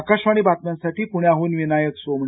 आकाशवाणी बातम्यांसाठी प्ण्याहून विनायक सोमणी